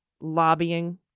lobbying